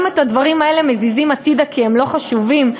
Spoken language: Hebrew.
אם את הדברים האלה מזיזים הצדה כי הם לא חשובים,